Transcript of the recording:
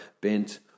bent